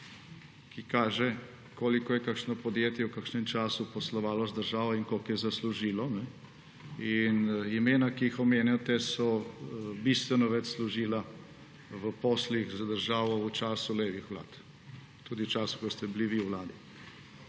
ki kaže, koliko je kakšno podjetje v kakšnem času poslovalo z državo in koliko je zaslužilo. In imena, ki jih omenjate, so bistveno več služila v poslih z državo v času levih vlad, tudi v času, ko ste bili vi v vladi.